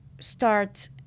start